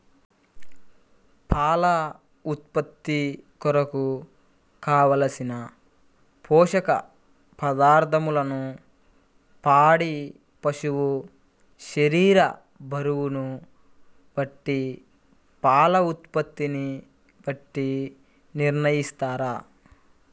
పాల ఉత్పత్తి కొరకు, కావలసిన పోషక పదార్ధములను పాడి పశువు శరీర బరువును బట్టి పాల ఉత్పత్తిని బట్టి నిర్ణయిస్తారా?